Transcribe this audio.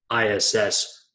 ISS